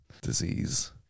disease